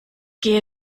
gehe